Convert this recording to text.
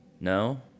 No